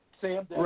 Sam